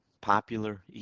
popular